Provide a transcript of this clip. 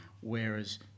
whereas